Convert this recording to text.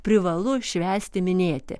privalu švęsti minėti